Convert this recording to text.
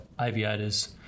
aviators